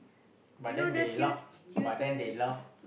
but then they laugh but then they laugh